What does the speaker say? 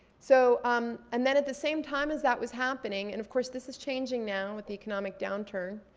so um and then at the same time as that was happening, and of course this is changing now with the economic downturn,